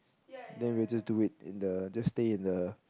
then we just do it in the just stay in the